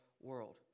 world